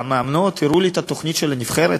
והמאמנות הראו לי את התוכנית של הנבחרת.